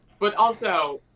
but also,